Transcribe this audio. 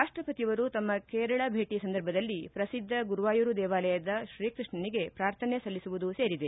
ರಾಷ್ಷಪತಿಯವರು ತಮ್ಮ ಕೇರಳ ಭೇಟಿ ಸಂದರ್ಭದಲ್ಲಿ ಪ್ರಸಿದ್ದ ಗುರುವಾಯೂರು ದೇವಾಲಯದ ಶ್ರೀಕೃಷನಿಗೆ ಪ್ರಾರ್ಥನೆ ಸಲ್ಲಿಸುವುದೂ ಸೇರಿದೆ